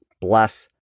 bless